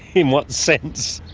in what sense?